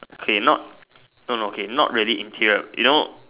okay not no no okay not really interior you know